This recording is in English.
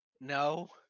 no